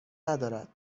ندارد